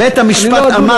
בית-המשפט אמר,